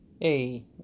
Hey